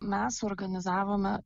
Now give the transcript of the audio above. mes suorganizavome